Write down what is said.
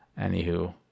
Anywho